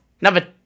Number